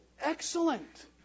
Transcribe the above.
Excellent